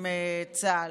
עם צה"ל,